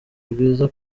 rwiza